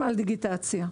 דיגיטציה.